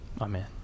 amen